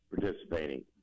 participating